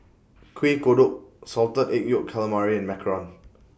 Kueh Kodok Salted Egg Yolk Calamari and Macarons